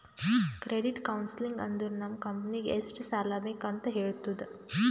credit counselling ಅಂದುರ್ ನಮ್ ಕಂಪನಿಗ್ ಎಷ್ಟ ಸಾಲಾ ಬೇಕ್ ಅಂತ್ ಹೇಳ್ತುದ